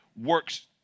works